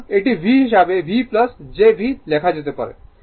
সুতরাং এটি V হিসাবে V jV লেখা যেতে পারে